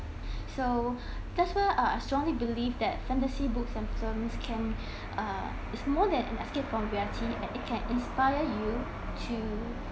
so that's why I I strongly believe that fantasy books and film can uh is more than an escape from reality and it can inspire you to